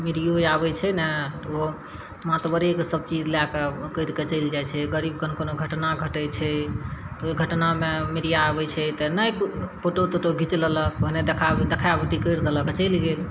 V D O आबय छै ने तऽ उहो महतबरे के सभचीज लए कऽ उकटि कऽ चलि जाइ छै गरीबके कोनो घटना घटय छै तऽ ओइ घटनामे मीडिया अबय छै तऽ ने फोटो तोटो घीच लेलक भने देखा देखावटी करि देलक चलि गेलय